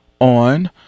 on